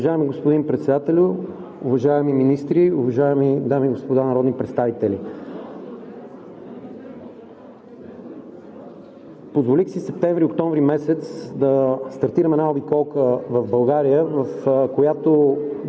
Уважаеми господин Председателю, уважаеми министри, уважаеми дами и господа народни представители! Позволих си през месеците септември и октомври да стартирам една обиколка в България, в която